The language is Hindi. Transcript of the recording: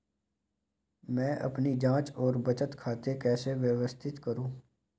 मैं अपनी जांच और बचत खाते कैसे व्यवस्थित करूँ?